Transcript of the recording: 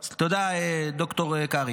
תודה, ד"ר קרעי.